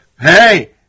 hey